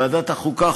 ועדת החוקה,